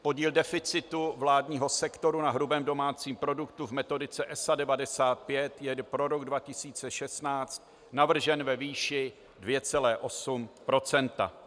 Podíl deficitu vládního sektoru na hrubém domácím produktu v metodice ESA 95 je pro rok 2016 navržen ve výši 2,8 %.